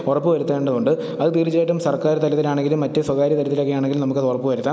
ഉറപ്പ് വരുത്തേണ്ടതുണ്ട് അത് തീർച്ചയായിട്ടും സർക്കാർ തലത്തിലാണെങ്കിലും മറ്റു സ്വകാര്യ തലത്തിലൊക്കെയാണെങ്കിൽ നമുക്കതുറപ്പ് വരുത്താൻ